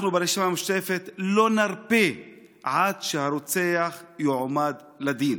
אנחנו ברשימה המשותפת לא נרפה עד שהרוצח יועמד לדין,